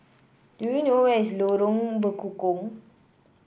do you know where is Lorong Bekukong